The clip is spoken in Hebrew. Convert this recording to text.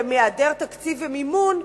ומהיעדר תקציב ומימון,